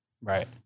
Right